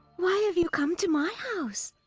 why have you come to my house?